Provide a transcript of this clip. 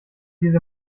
diese